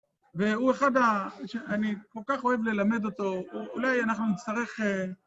והוא אחד, אני כל כך אוהב ללמד אותו, אולי אנחנו נצטרך...